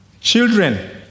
Children